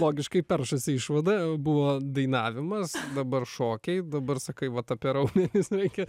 logiškai peršasi išvada e buvo dainavimas dabar šokiai dabar sakai vat apie raumenis nu reikia